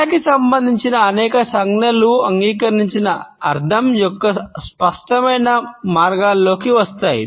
తలకి సంబంధించిన అనేక సంజ్ఞలు అంగీకరించిన అర్ధం యొక్క స్పష్టమైన వర్గాలలోకి వస్తాయి